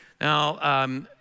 Now